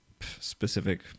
specific